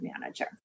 manager